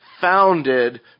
founded